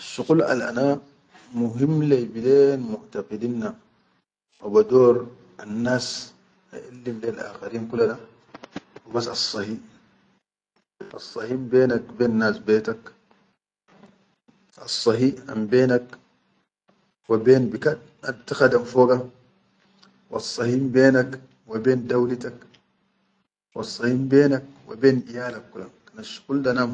Asshuqul al-ana muhim lai bilen mutaqidinna bador annas aʼellim lel akharin kula da hubas assahi asshi benek wa ben nas betak, assahi ambenak wa ben bikan tikhadam foga, assahim benak wa ben dawlitak, wassahimbenak wa ben iyalak kula kan asshqul.